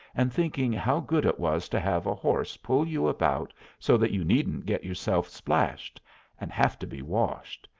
and thinking how good it was to have a horse pull you about so that you needn't get yourself splashed and have to be washed,